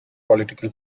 political